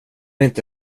inte